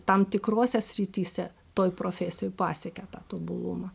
tam tikrose srityse toj profesijoj pasiekia tą tobulumą